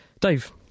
Dave